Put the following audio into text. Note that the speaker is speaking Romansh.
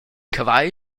cavagl